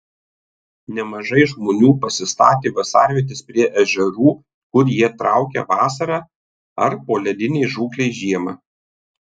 nemažai žmonių pasistatė vasarvietes prie ežerų kur jie traukia vasarą ar poledinei žūklei žiemą